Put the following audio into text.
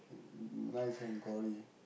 nice and gory